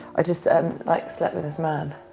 i just ah like slept with this man.